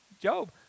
Job